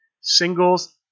singles